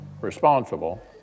responsible